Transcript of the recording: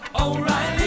O'Reilly